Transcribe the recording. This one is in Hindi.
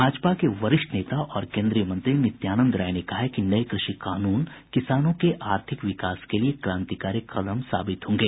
भाजपा के वरिष्ठ नेता और केन्द्रीय मंत्री नित्यानंद राय ने कहा है कि नए कृषि कानून किसानों के आर्थिक विकास के लिए क्रांतिकारी कदम साबित होंगे